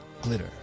glitter